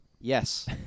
Yes